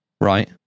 right